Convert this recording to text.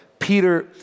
Peter